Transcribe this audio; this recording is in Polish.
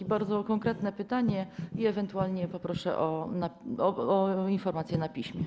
Na to bardzo konkretne pytanie ewentualnie poproszę o informację na piśmie.